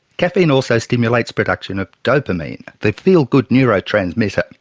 caffeine also stimulates production of dopamine, the feel-good neuro transmitter,